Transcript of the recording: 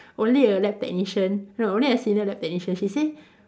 only a lab technician no only a senior lab technician she say